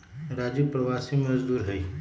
राजू प्रवासी मजदूर हई